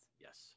Yes